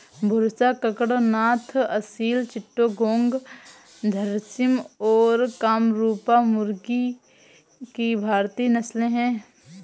बुसरा, कड़कनाथ, असील चिट्टागोंग, झर्सिम और कामरूपा मुर्गी की भारतीय नस्लें हैं